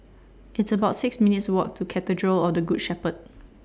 It's about six minutes' Walk to Cathedral of The Good Shepherd